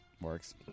works